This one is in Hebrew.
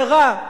זה רע,